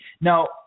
Now